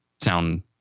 sound